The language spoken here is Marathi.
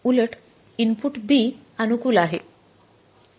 उलट इनपुट B अनुकूल आहे